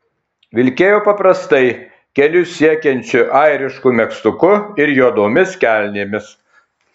vilkėjo paprastai kelius siekiančiu airišku megztuku ir juodomis kelnėmis